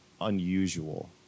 unusual